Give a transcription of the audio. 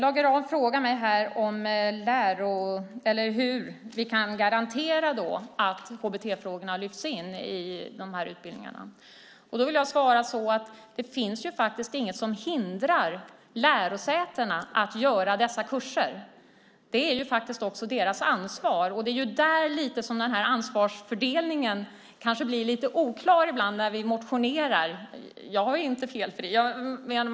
Fru talman! Lage Rahm frågar mig hur vi kan garantera att HBT-frågorna lyfts in i utbildningarna. Jag vill svara att det faktiskt inte finns något som hindrar lärosätena att göra dessa kurser. Det är också deras ansvar. Det är där som ansvarsfördelningen kanske blir lite oklar ibland när vi motionerar. Jag är inte felfri när det gäller det.